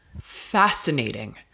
Fascinating